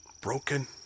Broken